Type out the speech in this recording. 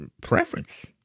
preference